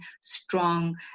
strong